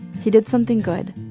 he did something good,